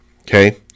Okay